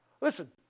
Listen